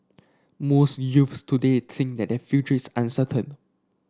most youths today think that their future is uncertain